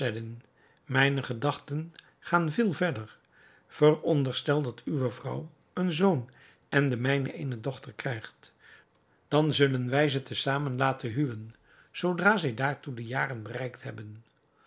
mijne gedachten gaan veel verder veronderstel dat uwe vrouw een zoon en de mijne eene dochter krijgt dan zullen wij ze te zamen laten huwen zoodra zij daartoe de jaren bereikt hebben